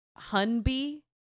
Hunby